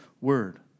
word